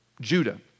Judah